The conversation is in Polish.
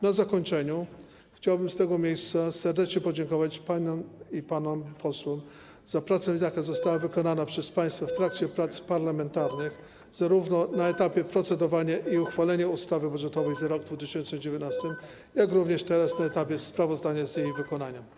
Na zakończenie chciałbym z tego miejsca serdecznie podziękować paniom i panom posłom za pracę, jaka została wykonana przez państwa w trakcie prac parlamentarnych, zarówno na etapie procedowania i uchwalenia ustawy budżetowej za rok 2019 r., jak i teraz, na etapie sprawozdania z jej wykonania.